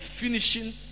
finishing